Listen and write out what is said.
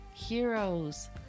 Heroes